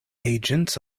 agents